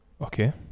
Okay